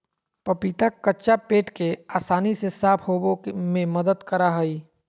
पपीता कच्चा पेट के आसानी से साफ होबे में मदद करा हइ